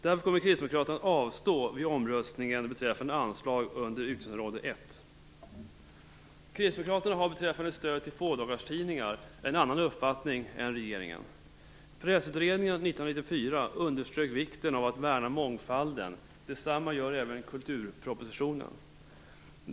Kristdemokraterna kommer därför att avstå vid omröstningen beträffande anslag under utgiftsområde 1. Kristdemokraterna har beträffande stödet till fådagarstidningar en annan uppfattning än regeringen. Pressutredningen 1994 underströk vikten av att värna mångfalden, och detsamma görs även i kulturpropositionen.